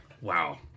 Wow